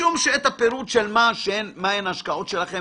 משום שאת הפירוט של מה הן ההשקעות שלכם